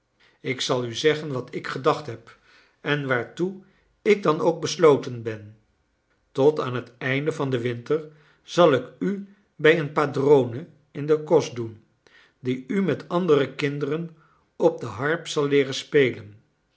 ik zal u zeggen wat ik gedacht heb en waartoe ik dan ook besloten ben tot aan het einde van den winter zal ik u bij een padrone in den kost doen die u met andere kinderen op de harp zal leeren spelen